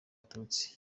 abatutsi